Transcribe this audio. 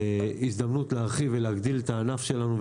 הזדמנות להרחיב ולהגדיל את הענף שלנו,